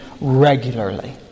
regularly